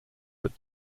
but